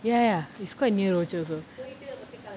ya ya it's quite near rochor also